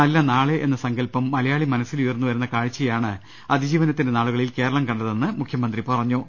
നല്ല നാളെ എന്ന സങ്കൽപം മലയാളി മനസ്സിൽ ഉയർന്നുവരുന്ന കാഴ്ചയാണ് അതിജീവനത്തിന്റെ നാളുക ളിൽ ക്കേരളം കണ്ടതെന്ന് മുഖ്യമന്ത്രി പറഞ്ഞു